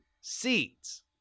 seats